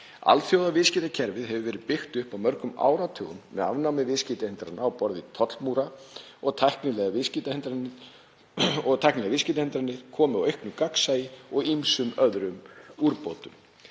Alþjóðaviðskiptakerfið hefur verið byggt upp á mörgum áratugum með afnámi viðskiptahindrana á borð við tollmúra og tæknilegra viðskiptahindrana, komið á auknu gagnsæi og ýmsum öðrum úrbótum.